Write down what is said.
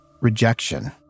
rejection